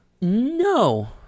No